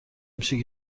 میشه